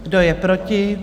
Kdo je proti?